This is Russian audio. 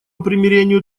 примирению